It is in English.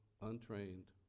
untrained